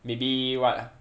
maybe what ah